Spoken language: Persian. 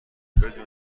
بدون